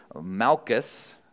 Malchus